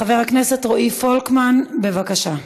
חבר הכנסת רועי פולקמן, בבקשה.